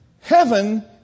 Heaven